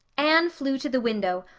anne flew to the window,